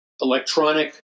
electronic